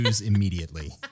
immediately